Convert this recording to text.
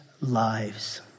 lives